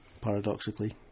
Paradoxically